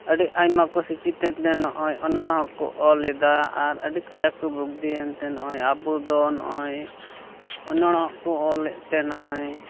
ᱟᱹᱰᱤ ᱟᱭᱢᱟ ᱠᱚ ᱥᱮᱪᱮᱫ ᱮᱱᱛᱮ ᱱᱚᱜᱼᱚᱸᱭ ᱚᱱᱚᱬᱦᱮ ᱠᱚ ᱚᱞ ᱮᱫᱟ ᱟᱨ ᱟᱹᱰᱤ ᱠᱟᱡᱟᱜ ᱠᱚ ᱵᱩᱨᱫᱷᱤ ᱭᱮᱱᱛᱮ ᱱᱚᱜᱼᱚᱸᱭ ᱟᱵᱚ ᱫᱚ ᱱᱚᱜᱼᱚᱸᱭ ᱚᱱᱚᱬᱦᱮ ᱠᱚ ᱚᱞᱮᱫᱛᱮ ᱱᱚᱜᱼᱚᱸᱭ